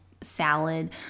salad